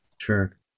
Sure